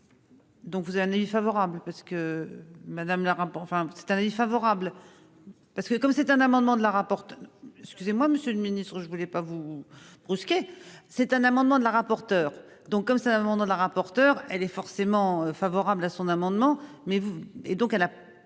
Donc vous avez avis favorable